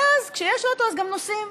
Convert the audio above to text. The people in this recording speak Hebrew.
ואז, כשיש אוטו, אז גם נוסעים,